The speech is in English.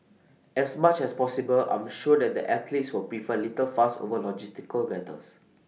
as much as possible I am sure that the athletes will prefer little fuss over logistical matters